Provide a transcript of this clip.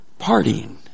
partying